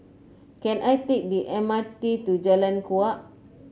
can I take the M R T to Jalan Kuak